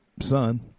son